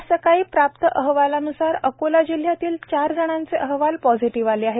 आज सकाळी प्राप्त अहवालानुसार अकोला जिल्ह्यातील चार जणांचे अहवाल पॉझिटिव्ह आले आहेत